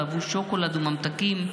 אהבו שוקולד וממתקים,